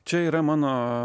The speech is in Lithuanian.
čia yra mano